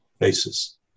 basis